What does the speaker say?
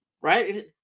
right